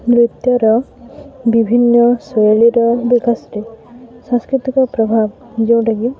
ନୃତ୍ୟର ବିଭିନ୍ନ ଶୈଳୀର ବିକାଶରେ ସାଂସ୍କୃତିକ ପ୍ରଭାବ ଯେଉଁଟାକି